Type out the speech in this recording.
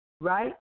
right